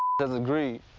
has agreed